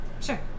Sure